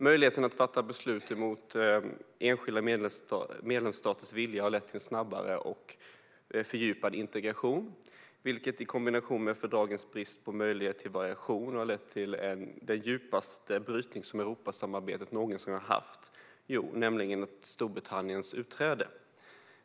Möjligheterna att fatta beslut mot enskilda medlemsstaters vilja har lett till en snabbare och fördjupad integration, vilket i kombination med fördragens brist på möjlighet till variation har lett till den djupaste brytning som Europasamarbetet någonsin drabbats av, nämligen Storbritanniens utträde.